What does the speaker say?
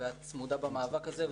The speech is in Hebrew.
ואת צמודה במאבק הזה.